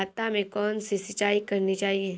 भाता में कौन सी सिंचाई करनी चाहिये?